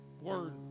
word